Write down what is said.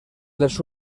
les